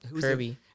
Kirby